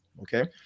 Okay